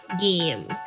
game